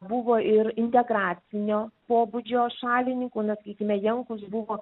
buvo ir integracinio pobūdžio šalininkų na sakykime jankus buvo